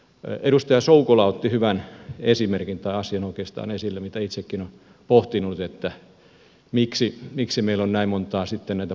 edustaja soukola otti hyvän asian esille mitä itsekin olen pohtinut eli miksi meillä on näin monta puhallusjärjestelmää